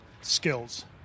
skills